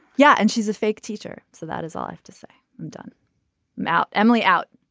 yeah. and she's a fake teacher so that is all i have to say. i'm done now emily out.